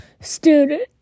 student